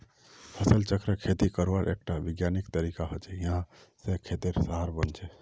फसल चक्र खेती करवार एकटा विज्ञानिक तरीका हछेक यहा स खेतेर सहार बढ़छेक